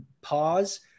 pause